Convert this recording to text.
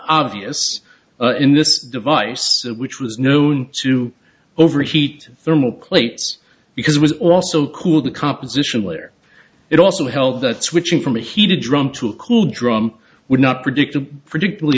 obvious in this device which was known to overheat thermal plates because it was also cool the composition where it also helped that switching from a heated drum to a cool drum would not predict a particularly